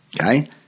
Okay